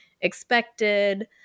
expected